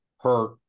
hurt